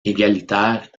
égalitaire